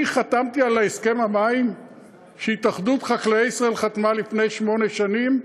אני חתמתי על הסכם המים שהתאחדות חקלאי ישראל חתמה לפני שמונה שנים?